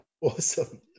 Awesome